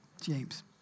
James